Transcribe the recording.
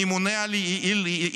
הממונה על ההילולות,